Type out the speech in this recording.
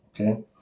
Okay